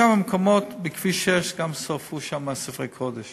המקומות, בכביש 6 גם שרפו ספרי קודש